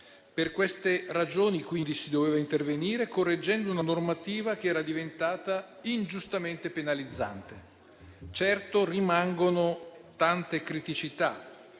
Per queste ragioni si doveva intervenire correggendo una normativa che era diventata ingiustamente penalizzante. Certo rimangono tante criticità